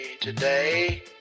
today